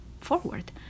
forward